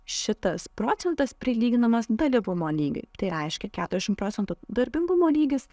šitas procentas prilyginamas dalyvumo lygiui tai reiškia keturiasdešimt procentų darbingumo lygis